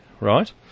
right